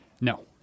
No